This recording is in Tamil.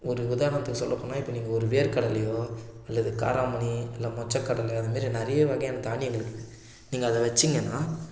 ஒரு உதாரணத்துக்கு சொல்லப்போனால் இப்போ நீங்கள் ஒரு வேர்கடலேயோ இல்லது காராமணி இல்லை மொச்சை கடலை அதுமாதிரி நிறைய வகையான தானியங்கள் இருக்குது நீங்கள் அதை வச்சிங்கன்னா